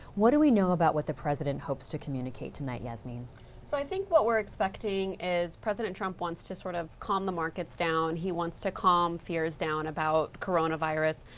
what do we know about what the president hopes to tonight? yeah i mean so i think what we're expecting is president trump wants to sort of calm the markets down. he wants to calm fears down about coronavirus.